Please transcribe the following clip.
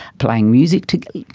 playing music together.